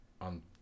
on